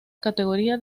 categoría